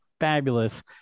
fabulous